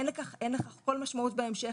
אבל אין לכך כל משמעות בהמשך,